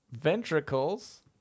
ventricles